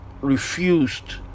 refused